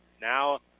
Now